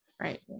Right